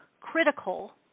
critical